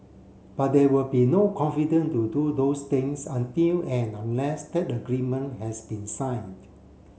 but there will be no confident to do those things until and unless that agreement has been signed